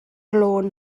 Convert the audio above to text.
lôn